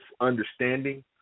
understanding